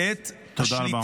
תודה רבה.